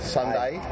Sunday